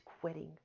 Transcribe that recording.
quitting